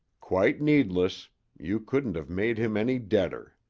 quite needless you couldn't have made him any deader.